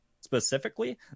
specifically